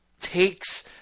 takes